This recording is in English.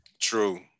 True